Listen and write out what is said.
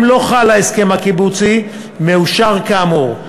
לא חל ההסכם הקיבוצי המאושר כאמור,